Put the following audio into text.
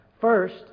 First